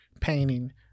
painting